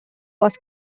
was